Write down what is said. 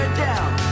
down